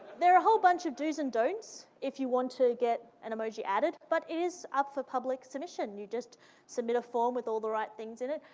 there are a whole bunch of do's and don't if you want to get an emoji added, but it is up for public submission. you just submit a form with all the right things in it,